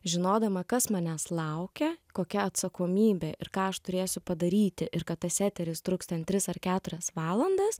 žinodama kas manęs laukia kokia atsakomybė ir ką aš turėsiu padaryti ir kad tas eteris truks ten tris ar keturias valandas